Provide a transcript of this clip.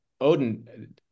odin